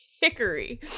hickory